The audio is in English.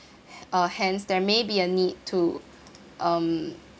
uh hence there may be a need to um